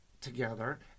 together